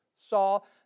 Saul